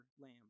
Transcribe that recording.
lamb